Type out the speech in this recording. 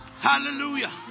hallelujah